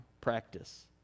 practice